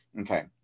okay